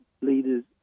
leaders